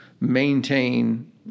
maintain